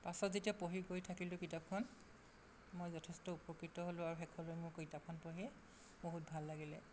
পাছত যেতিয়া পঢ়ি গৈ থাকিলোঁ কিতাপখন মই যথেষ্ট উপকৃত হ'লোঁ আৰু শেষলৈ মোৰ কিতাপখন পঢ়ি বহুত ভাল লাগিলে